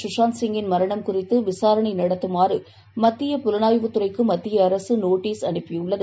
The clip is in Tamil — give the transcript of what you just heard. சுஷாந்த் சிங்கின் மரணம் குறித்த விசாரணைநடத்துமாறுமத்திய புலனாய்வு துறைக்குமத்திய அரசுநோட்டீஸ் அனுப்பியுள்ளது